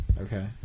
Okay